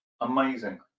Amazing